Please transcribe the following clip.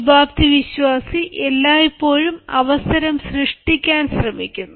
ശുഭാപ്തിവിശ്വാസി എല്ലായ്പ്പോഴും അവസരം സൃഷ്ടിക്കാൻ ശ്രമിക്കുന്നു